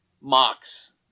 mocks